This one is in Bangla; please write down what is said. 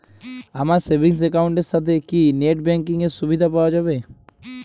আমার সেভিংস একাউন্ট এর সাথে কি নেটব্যাঙ্কিং এর সুবিধা পাওয়া যাবে?